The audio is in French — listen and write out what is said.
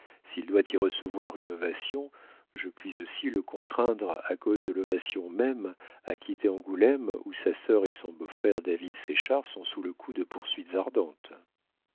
s'il doit y recevoir une ovation je puis aussi le contraindre à cause de l'ovation même à quitter angoulême où sa sœur et son beau-frère david séchard sont sous le coup de poursuites ardentes